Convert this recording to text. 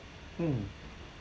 mm